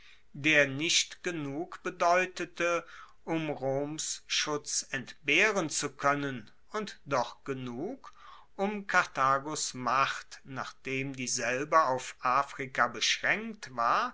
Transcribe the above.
der nicht genug bedeutete um roms schutz entbehren zu koennen und doch genug um karthagos macht nachdem dieselbe auf afrika beschraenkt war